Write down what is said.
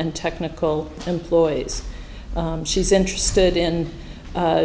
and technical employees she's interested in